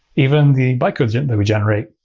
even the bytecodes that we generate,